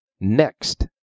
Next